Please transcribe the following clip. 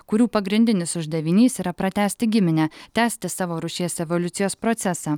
kurių pagrindinis uždavinys yra pratęsti giminę tęsti savo rūšies evoliucijos procesą